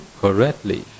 correctly